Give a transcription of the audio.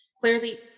clearly